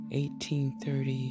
1830